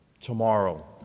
tomorrow